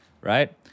right